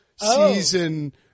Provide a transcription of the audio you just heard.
season